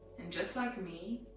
and just like me,